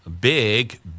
big